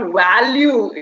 value